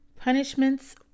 Punishments